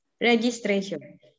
Registration